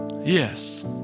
yes